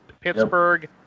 Pittsburgh